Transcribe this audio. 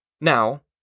Now